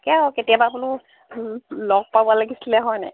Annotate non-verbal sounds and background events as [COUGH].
[UNINTELLIGIBLE] কেতিয়াবা বোলো লগ পাব লাগিছিলে হয় নাই